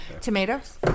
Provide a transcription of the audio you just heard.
tomatoes